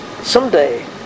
Someday